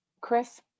Chris